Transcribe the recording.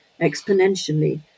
exponentially